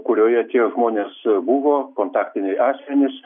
kurioje tie žmonės buvo kontaktiniai asmenys